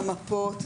למפות,